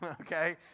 okay